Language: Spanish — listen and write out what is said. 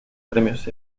premios